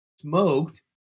smoked